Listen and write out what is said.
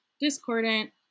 discordant